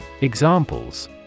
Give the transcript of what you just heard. Examples